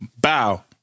Bow